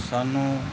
ਸਾਨੂੰ